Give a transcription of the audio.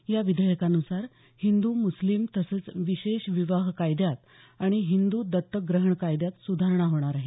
या विधेयकानुसार हिंदु मुस्लिम तसंच विशेष विवाह कायद्यात आणि हिंदु दत्तक ग्रहण कायद्यात सुधारणा होणार आहे